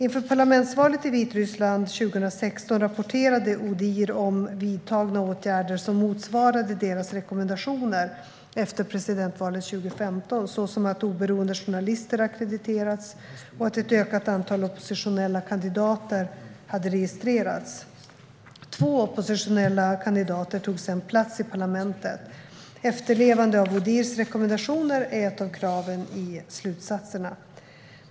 Inför parlamentsvalet i Vitryssland 2016 rapporterade Odihr om vidtagna åtgärder som motsvarade deras rekommendationer efter presidentvalet 2015, så som att oberoende journalister ackrediterats och att ett ökat antal oppositionella kandidater hade registrerats. Två oppositionella kandidater tog sedan plats i parlamentet. Efterlevande av Odihrs rekommendationer är ett av kraven i slutsatserna.